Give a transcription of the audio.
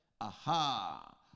Aha